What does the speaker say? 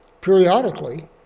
periodically